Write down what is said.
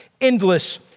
Endless